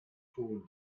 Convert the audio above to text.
hohn